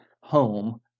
home